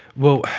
well,